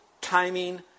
timing